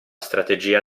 strategia